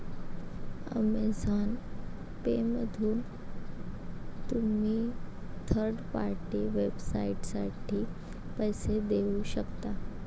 Amazon पेमधून तुम्ही third party वेबसाइटसाठी पैसे देऊ शकता